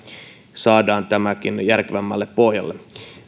saadaan tämäkin järkevämmälle pohjalle